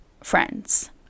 Friends